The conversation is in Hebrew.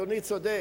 אדוני צודק,